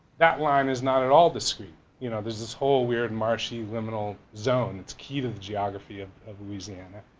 that line is not at all the screen you know there's this whole weird-marshy liminal zone it's key to the geography of of louisiana.